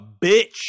bitch